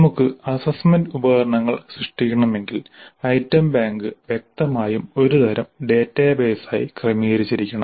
നമുക്ക് അസ്സസ്സ്മെന്റ് ഉപകരണങ്ങൾ സൃഷിടിക്കണമെങ്കിൽഐറ്റം ബാങ്ക് വ്യക്തമായും ഒരുതരം ഡാറ്റാബേസായി ക്രമീകരിച്ചിരിക്കണം